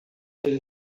ele